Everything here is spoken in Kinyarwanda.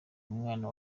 umwana